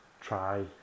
try